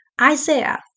Isaiah